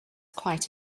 quite